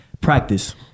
Practice